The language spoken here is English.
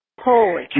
Holy